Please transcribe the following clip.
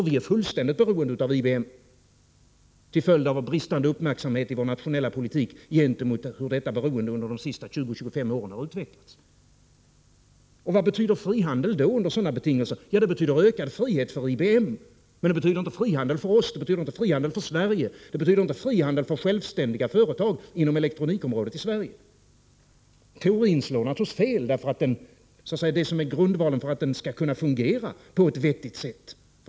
Vi är fullständigt beroende av IBM, till följd av bristande uppmärksamhet i vår nationella politik gentemot utvecklingen av detta beroende under de senaste 20-25 åren. Vad betyder frihandel under sådana betingelser? Jo, det betyder ökad frihet för IBM, men det betyder inte frihandel för Sverige eller för självständiga företag inom elektronikområdet i Sverige. Teorin slår naturligtvis fel, eftersom förutsättningarna, grundvalen, för att den skall kunna fungera på ett vettigt sätt inte föreligger i dag.